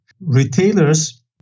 retailers